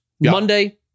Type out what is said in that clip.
Monday